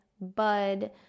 Bud